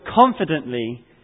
confidently